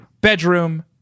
bedroom